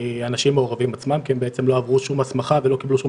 אנשים מעורבים עצמם כי הם בעצם לא עברו שום הסמכה ולא קיבלו שום